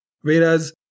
Whereas